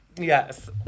Yes